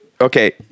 okay